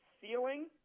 ceiling